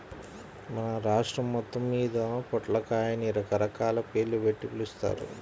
మన రాష్ట్రం మొత్తమ్మీద పొట్లకాయని రకరకాల పేర్లుబెట్టి పిలుస్తారు